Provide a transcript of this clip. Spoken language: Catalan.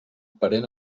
parent